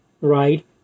right